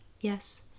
yes